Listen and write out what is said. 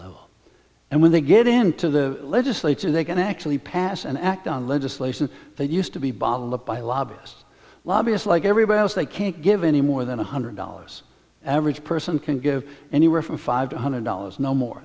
level and when they get into the legislature they can actually pass and act on legislation that used to be bottled up by lobbyists lobbyist like everybody else they can't give any more than one hundred dollars average person can give anywhere from five hundred dollars no more